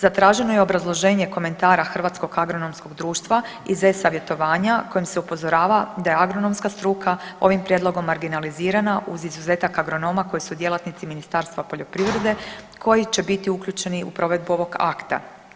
Zatraženo je obrazloženje komentara Hrvatskog agronomskog društva iz e-savjetovanja kojim se upozorava da je agronomska struka ovim prijedlogom marginalizirana uz izuzetak agronoma koji su djelatnici Ministarstva poljoprivrede koji će biti uključeni u provedbu ovog akta.